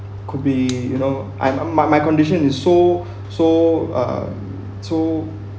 could be you know I'm uh my my condition is so so um so